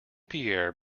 pierre